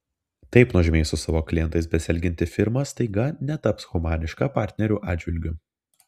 taip nuožmiai su savo klientais besielgianti firma staiga netaps humaniška partnerių atžvilgiu